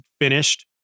finished